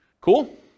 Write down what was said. Cool